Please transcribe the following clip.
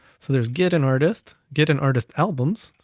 so there's get an artist, get an artist's albums,